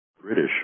British